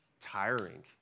tiring